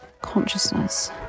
consciousness